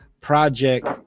project